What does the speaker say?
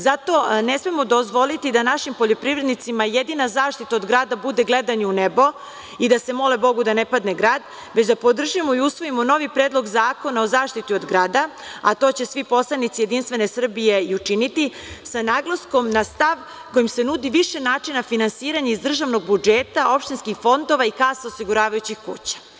Zato ne smemo dozvoliti da našim poljoprivrednicima jedina zaštita od grada bude gledanje u nebo i da se mole Bogu da ne padne grad, već da podržimo i usvojimo novi Predlog zakona o zaštiti od grada, a to će svi poslanici JS i učiniti, sa naglaskom na stav kojim se nudi više načina finansiranja iz državnog budžeta, opštinskih fondova i kasa osiguravajućih kuća.